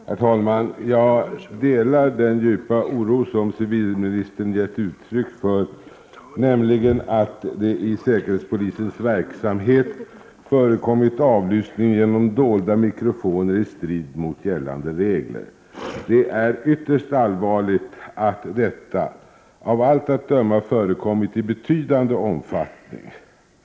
Herr talman! Jag delar den djupa oro, som civilministern gett uttryck för, över att det i säkerhetspolisens verksamhet förekommit avlyssning genom dolda mikrofoner i strid mot gällande regler. Det är ytterst allvarligt att detta av allt att döma skett i betydande omfattning.